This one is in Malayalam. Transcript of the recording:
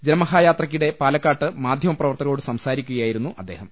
ജനമഹായാത്രക്കിടെ പാലക്കാട്ട് മാധ്യമപ്രവർത്തകരോട് സംസാരിക്കുക യായിരുന്നു അദ്ദേഹം